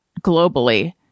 globally